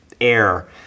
air